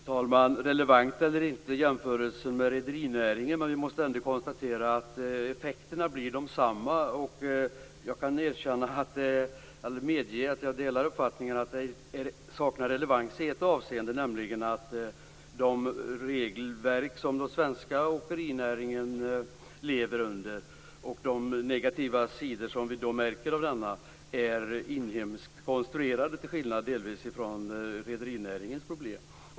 Fru talman! Oavsett om jämförelsen med rederinäringen är relevant eller inte, måste vi ändå konstatera att effekterna blir desamma. Jag kan medge att jag delar uppfattningen att jämförelsen saknar relevans i ett avseende, nämligen att de regelverk som den svenska åkerinäringen lever under och de negativa sidor som vi märker av dessa är inhemskt konstruerade till skillnad delvis från rederinäringens problem.